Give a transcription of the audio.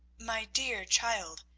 my dear child,